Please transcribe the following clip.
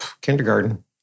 kindergarten